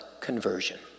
Conversion